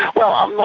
well, um ah